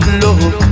love